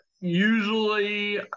usually